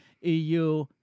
EU